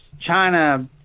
China